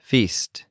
Feast